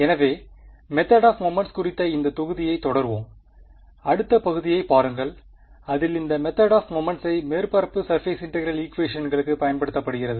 எனவே method of moments குறித்து இந்த தொகுதியைத் தொடர்வோம் அடுத்த பகுதியைப் பாருங்கள் அதில் இந்த மெத்தேட் ஆப் மொமெண்ட்சை மேற்பரப்பு சர்பேஸ் இன்டெகிரெல் ஈக்குவேஷன்களுக்கு பயன்படுத்தப்படுகிறது